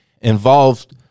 involved